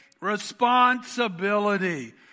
responsibility